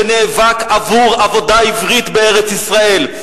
שנאבק עבור עבודה עברית בארץ-ישראל.